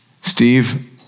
Steve